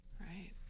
Right